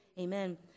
Amen